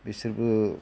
बिसोरबो